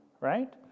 right